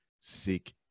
seek